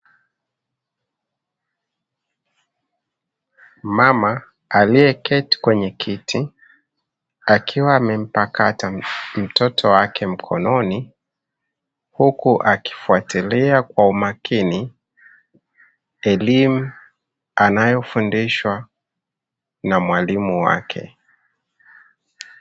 Mmama aliyeketi kwenye kiti, akiwa amempakata mtoto wake mkononi huku akifuatilia kwa umakini elimu anayofundishwa na mwalimu wake.